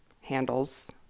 handles